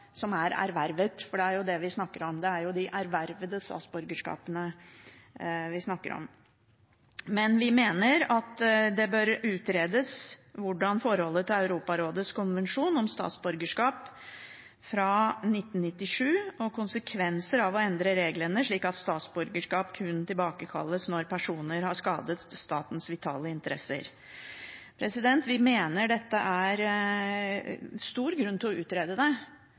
som er ervervet, for det er jo det vi snakker om. Det er de ervervede statsborgerskapene vi snakker om. Men vi mener at forholdet til Europarådets konvensjon om statsborgerskap fra 1997 og konsekvenser av å endre reglene slik at statsborgerskap kun tilbakekalles når personer har skadet statens vitale interesser, bør utredes. Vi mener det er stor grunn til å utrede det,